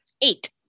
Eight